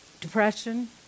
Depression